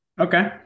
okay